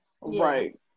Right